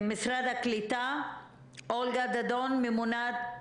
צריך לדעת שההנחיות האלה גם משתנות מעת לעת,